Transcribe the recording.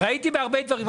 ראיתי בהרבה דברים.